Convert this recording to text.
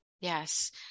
Yes